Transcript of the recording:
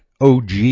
OG